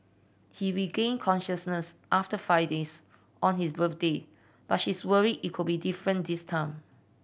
he regained consciousness after five days on his birthday but she is worried it could be different this time